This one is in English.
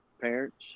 parents